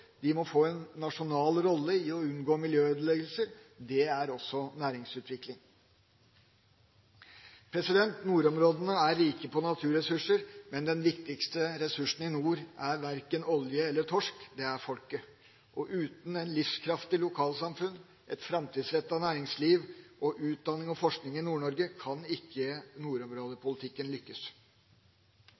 De må få en nasjonal rolle i det å unngå miljøødeleggelser – det er også næringsutvikling. Nordområdene er rike på naturressurser, men den viktigste ressursen i nord er verken olje eller torsk – det er folket. Uten et livskraftig lokalsamfunn, framtidsretta næringsliv og utdanning og forskning i Nord-Norge kan ikke nordområdepolitikken lykkes.